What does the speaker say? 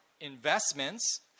investments